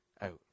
out